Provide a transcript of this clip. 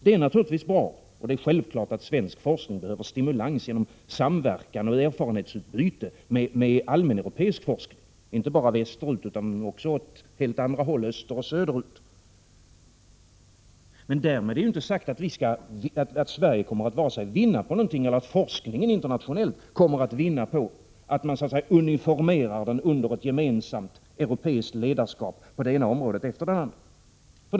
Det är självklart att svensk forskning behöver stimulans genom samverkan och erfarenhetsutbyte med allmän europeisk forskning, inte bara västerut utan också åt helt andra håll — österut och söderut. Men därmed är det inte sagt att Sverige kommer att vinna något eller att forskningen internationellt kommer att vinna på att man uniformerar forskningen på det ena området efter det andra under ett gemensamt europeiskt ledarskap.